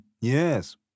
yes